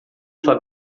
sua